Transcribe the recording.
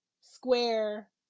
Square